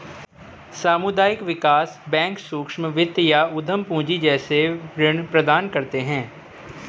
सामुदायिक विकास बैंक सूक्ष्म वित्त या उद्धम पूँजी जैसे ऋण प्रदान करते है